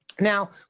Now